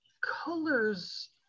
colors